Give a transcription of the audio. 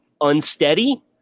unsteady